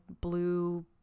blue